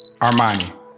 Armani